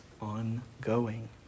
ongoing